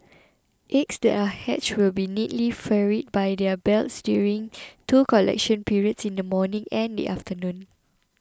eggs that are hatched will be neatly ferried by their belts during two collection periods in the morning and the afternoon